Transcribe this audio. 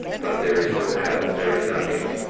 but there is no hell, there is nothing,